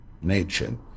nature